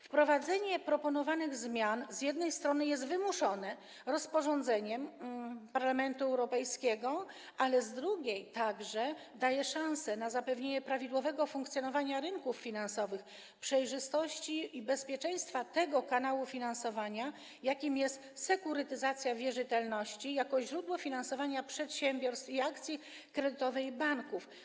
Wprowadzenie proponowanych zmian z jednej strony jest wymuszone rozporządzeniem Parlamentu Europejskiego, ale z drugiej także daje szansę na zapewnienie prawidłowego funkcjonowania rynków finansowych, przejrzystości i bezpieczeństwa tego kanału finansowania, jakim jest sekurytyzacja wierzytelności jako źródło finansowania przedsiębiorstw i akcji kredytowej banków.